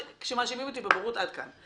כשמאשימים אותי בבורות עד כאן.